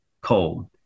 cold